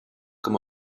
com